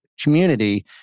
community